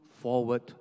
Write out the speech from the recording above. forward